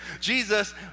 Jesus